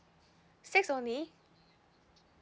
six only